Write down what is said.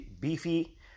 beefy